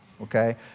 okay